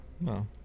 No